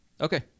okay